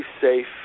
safe